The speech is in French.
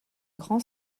grand